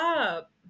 up